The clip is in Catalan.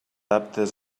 aptes